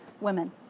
women